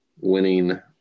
winning